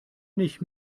nicht